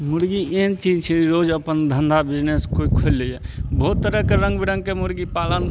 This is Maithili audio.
मुर्गी एहन चीज छै जे रोज अपन धन्धा बिजनेस कोइ खोलि लइए बहुत तरहके रङ्ग बिरङ्गके मुर्गी पालन